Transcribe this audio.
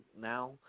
now